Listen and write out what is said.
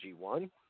G1